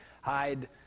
hide